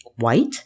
White